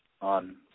on